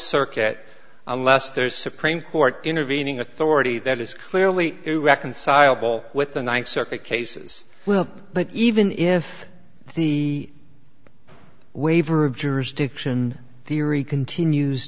circuit unless there's supreme court intervening authority that is clearly irreconcilable with the ninth circuit cases well even if the waiver of jurisdiction theory continues